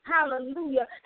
Hallelujah